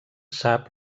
sap